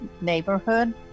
Neighborhood